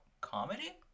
comedy